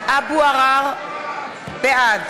בעד